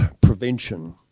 prevention